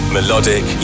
Melodic